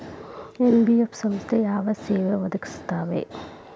NBF ಸಂಸ್ಥಾ ಯಾವ ಸೇವಾ ಒದಗಿಸ್ತಾವ?